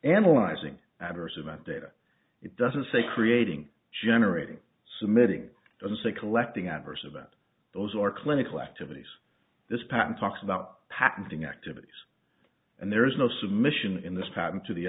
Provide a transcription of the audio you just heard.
analyzing adverse event data it doesn't say creating generating submitting it doesn't say collecting adverse event those are clinical activities this patent talks about patenting activities and there is no submission in this patent to the